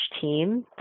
team